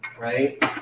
Right